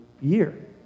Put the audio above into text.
year